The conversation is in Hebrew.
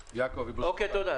תודה.